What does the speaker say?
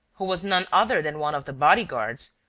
who was none other than one of the bodyguards,